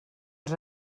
els